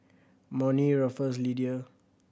Monnie Ruffus Lidia